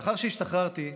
לאחר שהשתחררתי,